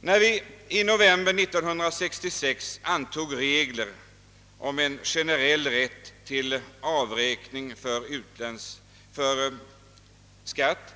När vi i november 1966 antog regler om en generell rätt till avräkning för skatt,